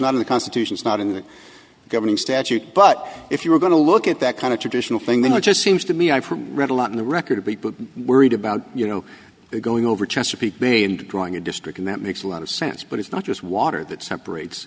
not in the constitution is not in the governing statute but if you were going to look at that kind of traditional thing that just seems to me i've read a lot in the record of people worried about you know going over chesapeake bay and growing a district and that makes a lot of sense but it's not just water that separates